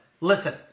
Listen